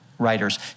Writers